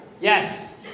Yes